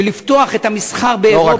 של לפתוח את המסחר באירופה.